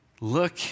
Look